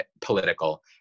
political